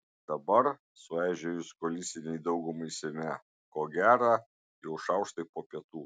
dabar sueižėjus koalicinei daugumai seime ko gera jau šaukštai po pietų